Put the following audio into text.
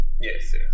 Yes